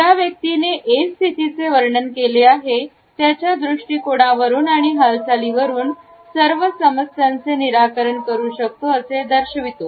ज्या व्यक्तीने A स्थितीचे वर्णन केले आहे त्याच्या दृष्टी कोणावरून आणि हालचालींवरून सर्व समस्यांचे निराकरण करू शकतो असे दर्शवितो